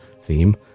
theme